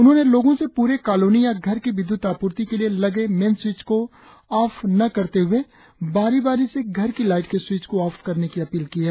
उन्होंने लोगों से पूरे कालोनी या घर की विद्य्त आपूर्ति के लिए लगे मेन स्विच को ऑफ न करते हए बारी बारी से घर की लाइट के स्विच को ऑफ करने की अपील की है